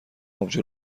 آبجو